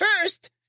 First